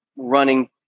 running